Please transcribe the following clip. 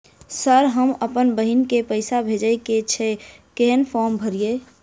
Sir हम अप्पन बहिन केँ पैसा भेजय केँ छै कहैन फार्म भरीय?